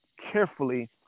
carefully